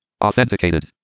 Authenticated